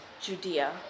Judea